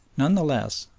none the less,